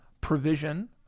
provision